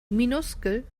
minuskel